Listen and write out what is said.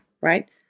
right